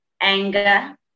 anger